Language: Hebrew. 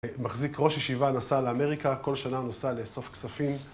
מחזיק ראש ישיבה נסע לאמריקה, כל שנה נוסע לאסוף כספים